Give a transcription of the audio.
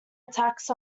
attacks